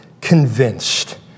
convinced